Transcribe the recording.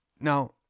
Now